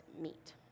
meet